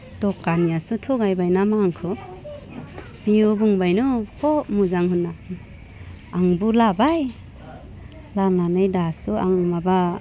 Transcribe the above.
दखानियासो थगायबाय नामा आंखौ बियो बुंबायनो फ' मोजां होन्ना आंबो लाबाय लानानै दासो आं माबा